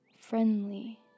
friendly